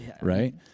right